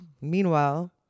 meanwhile